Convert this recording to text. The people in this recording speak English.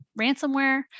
ransomware